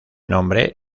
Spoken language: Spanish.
nombre